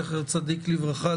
זכר צדיק לברכה,